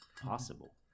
possible